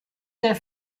der